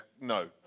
no